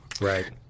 Right